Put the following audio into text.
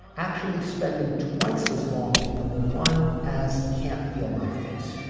actually spending twice as long at number one as. can't feel my face